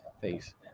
face